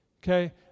Okay